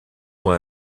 why